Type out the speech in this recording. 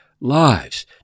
lives